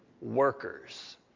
workers